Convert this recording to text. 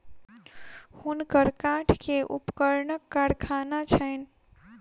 हुनकर काठ के उपकरणक कारखाना छैन